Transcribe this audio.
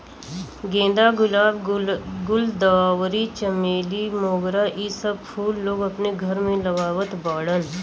गेंदा, गुलाब, गुलदावरी, चमेली, मोगरा इ सब फूल लोग अपने घरे लगावत बाड़न